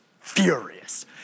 furious